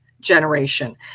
generation